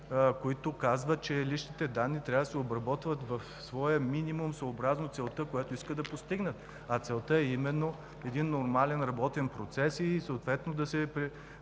които казват, че личните данни трябва да се обработват в своя минимум, съобразно целта, която искат да постигнат. Целта е нормален работен процес и да се прекратят